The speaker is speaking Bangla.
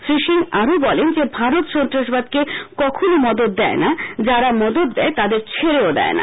শ্রী সিং আরও বলেন যে ভারত সন্ত্রাসবাদকে কখনও মদত দেয় না যারা মদত দেয় তাদের ছেড়েও দেয় না